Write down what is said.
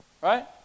Right